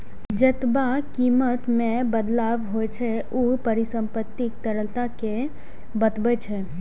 जेतबा कीमत मे बदलाव होइ छै, ऊ परिसंपत्तिक तरलता कें बतबै छै